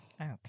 Okay